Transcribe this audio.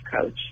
coach